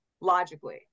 logically